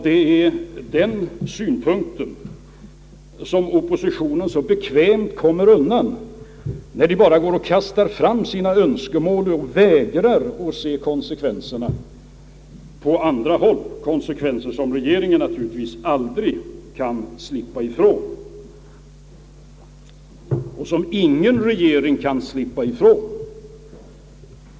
Det är den synpunkten som oppositionen så bekvämt kommer undan, när man bara kastar fram sina önskemål och vägrar att se konsekvenserna på andra håll, konsekvenser som naturligtvis den sittande regeringen aldrig kan slippa ifrån, konsekvenser som ingen regering kan slippa ifrån.